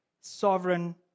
sovereign